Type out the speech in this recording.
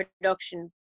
production